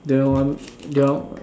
the the